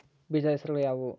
ಬೇಜದ ಹೆಸರುಗಳು ಯಾವ್ಯಾವು?